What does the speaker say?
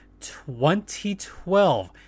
2012